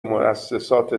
موسسات